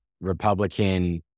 Republican